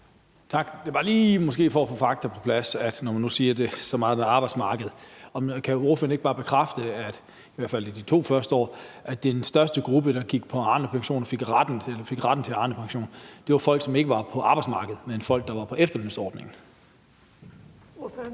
Tak. Det er bare lige måske for at få fakta på plads. Når man nu siger det om arbejdsmarkedet, kan ordføreren ikke bare bekræfte, at den største gruppe, der gik på Arnepension og fik retten til Arnepension, ikke var folk, som var på arbejdsmarkedet, men folk, der var på efterlønsordningen? Kl.